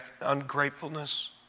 ungratefulness